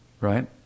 Right